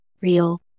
real